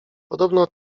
podobno